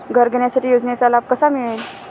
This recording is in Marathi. घर घेण्यासाठी योजनेचा लाभ कसा मिळेल?